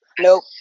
nope